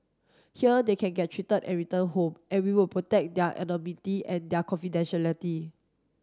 here they can get treated and return home and we will protect their anonymity and their confidentiality